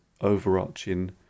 overarching